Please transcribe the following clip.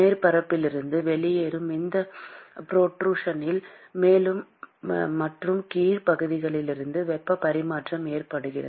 மேற்பரப்பிலிருந்து வெளியேறும் இந்த புரோட்ரூஷனின் மேல் மற்றும் கீழ் பகுதியிலிருந்து வெப்ப பரிமாற்றம் ஏற்படுகிறது